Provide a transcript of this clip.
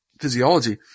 physiology